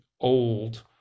old